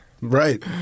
Right